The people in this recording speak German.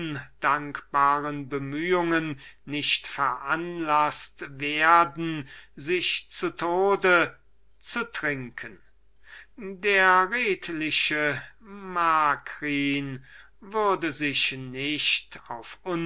undankbaren bemühungen nicht veranlasset werden sich zu tode zu trinken der redliche macrin würde sich nicht auf